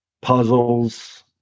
puzzles